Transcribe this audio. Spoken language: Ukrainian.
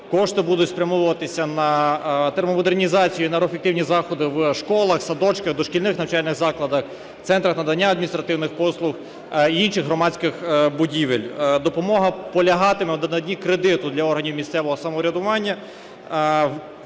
кошти будуть спрямовуватися на термомодернізацію, на енергоефективні заходи в школах, садочках, дошкільних навчальних закладах, центрах надання адміністративних послуг і інших громадських будівель. Допомога полягатиме в наданні кредиту для органів місцевого самоврядування.